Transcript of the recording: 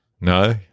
No